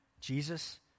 Jesus